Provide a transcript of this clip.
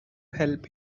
help